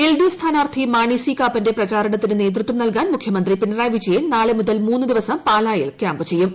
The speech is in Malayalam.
എൽ ഡി എഫ് സ്ഥാനാർത്ഥി മാണി സി കാപ്പന്റെ പ്രചാരണത്തിന് നേതൃത്വം നൽകാൻ മുഖ്യമന്ത്രി പിണറായി വിജയൻ നാളെ മൂതൽ മൂന്നുദിവസം പാലായിൽ ക്യാമ്പുചെയ്യും